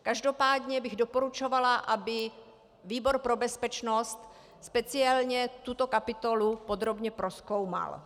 Každopádně bych doporučovala, aby výbor pro bezpečnost speciálně tuto kapitolu podrobně prozkoumal.